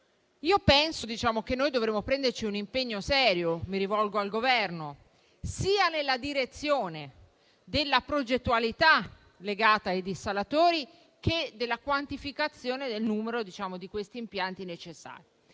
Penso che noi dovremmo prenderci un impegno serio - mi rivolgo al Governo - sia nella direzione della progettualità legata ai dissalatori che della quantificazione del numero di impianti necessari.